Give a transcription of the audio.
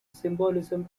symbolism